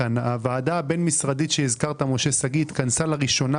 הוועדה הבין-משרדית שהזכיר משה שגיא התכנסה לראשונה,